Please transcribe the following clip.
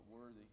worthy